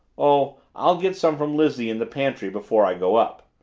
oh, i'll get some from lizzie in the pantry before i go up,